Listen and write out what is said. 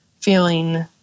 feeling